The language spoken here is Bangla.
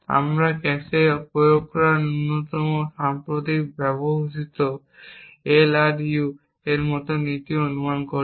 আমরা ক্যাশে প্রয়োগ করা ন্যূনতম সাম্প্রতিক ব্যবহৃত এলআরইউ এর মতো নীতি অনুমান করি